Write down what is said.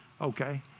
Okay